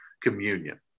communion